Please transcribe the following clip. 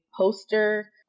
poster